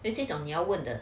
那这种你要问的